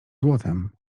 złotem